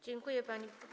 Dziękuję pani.